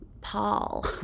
Paul